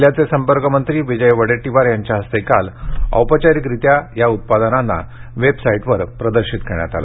जिल्ह्याचे संपर्क मंत्री विजय वडेट्टीवार यांच्या हस्ते काल औपचारिकरित्या या उत्पादनांना वेबसाईटवर प्रदर्शित करण्यात आलं